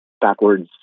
backwards